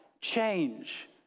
change